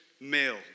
male